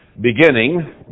beginning